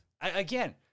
again